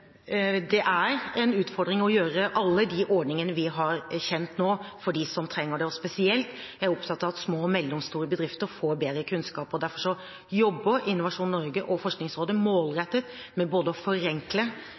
Det er en utfordring å gjøre alle de ordningene vi har, kjent for dem som trenger det. Spesielt er jeg opptatt av at små og mellomstore bedrifter får bedre kunnskap. Derfor jobber Innovasjon Norge og Forskningsrådet målrettet med både å forenkle